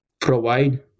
provide